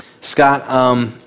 Scott